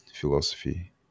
philosophy